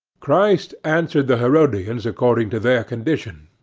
christ answered the herodians according to their condition.